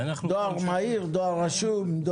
דואר מהיר, דואר רשום.